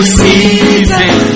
season